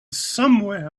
somewhere